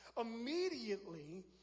Immediately